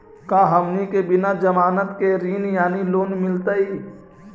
का हमनी के बिना जमानत के ऋण यानी लोन मिलतई?